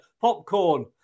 popcorn